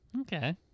Okay